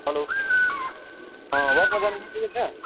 hello वर्कमा जानु निस्किँदैछ